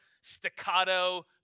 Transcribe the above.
staccato